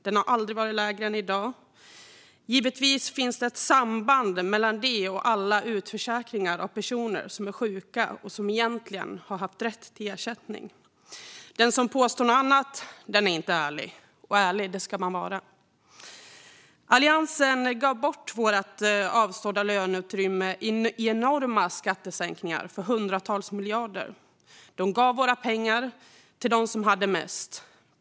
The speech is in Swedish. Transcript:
Den har aldrig varit lägre än i dag. Givetvis finns det ett samband mellan detta och alla utförsäkringar av personer som är sjuka och som egentligen har haft rätt till ersättning. Den som påstår något annat är inte ärlig, och ärlig ska man vara. Alliansen gav bort vårt avstådda löneutrymme genom enorma skattesänkningar för hundratals miljarder. De gav våra pengar till dem som hade mest.